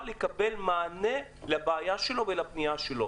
לקבל מענה לבעיה שלו ולפנייה שלו.